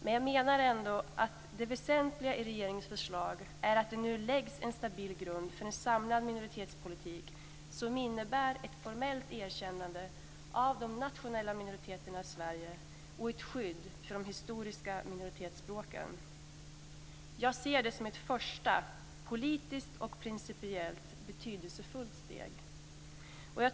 Men jag menar ändå att det väsentliga i regeringens förslag är att det nu läggs en stabil grund för en samlad minoritetspolitik som innebär ett formellt erkännande av de nationella minoriteterna i Sverige och ett skydd för de historiska minoritetsspråken. Jag ser det som ett första politiskt och principiellt betydelsefullt steg.